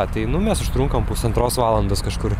ateinu mes užtrunkam pusantros valandos kažkur